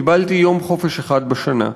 קיבלתי יום חופש אחד בשנה.